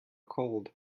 cold